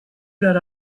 that